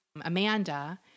Amanda